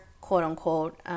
quote-unquote